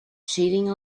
cheating